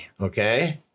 okay